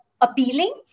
appealing